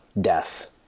death